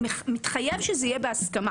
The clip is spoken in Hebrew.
זה מתחייב להיות בהסכמה